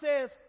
says